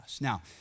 Now